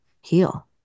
heal